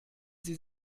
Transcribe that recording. sie